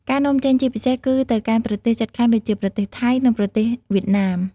ការនាំចេញជាពិសេស គឺទៅកាន់ប្រទេសជិតខាងដូចជាប្រទេសថៃ និងប្រទេសវៀតណាម។